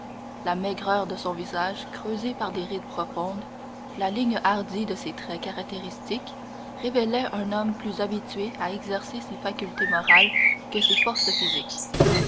la maigreur de son visage creusé par des rides profondes la ligne hardie de ses traits caractéristiques révélaient un homme plus habitué à exercer ses facultés morales que ses forces physiques